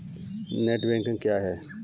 Net banking क्या है?